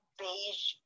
beige